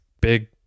big